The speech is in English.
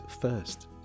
first